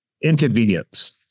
inconvenience